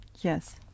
Yes